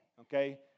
okay